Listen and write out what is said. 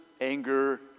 anger